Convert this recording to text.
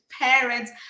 parents